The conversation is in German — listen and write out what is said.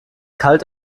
kalt